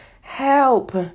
help